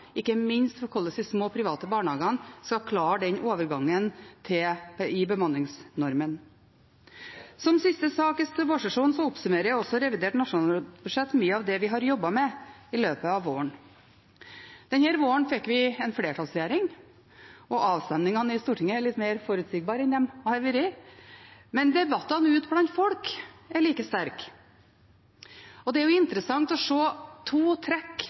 ikke minst for hvordan de små private barnehagene skal klare overgangen til bemanningsnormen. Som siste sak i vårsesjonen oppsummerer også revidert nasjonalbudsjett mye av det vi har jobbet med i løpet av våren. Denne våren fikk vi en flertallsregjering, og avstemningene i Stortinget er litt mer forutsigbare enn de har vært. Men debattene ute blant folk er like sterke, og det er interessant å se to trekk